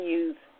use